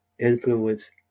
influence